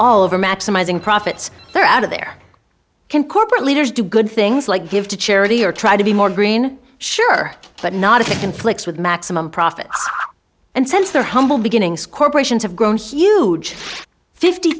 all over maximizing profits they're out of there can corporate leaders do good things like give to charity or try to be more green sure but not if it conflicts with maximum profits and since they're humble beginnings corporations have grown huge fifty